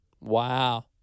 Wow